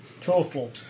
Total